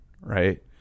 right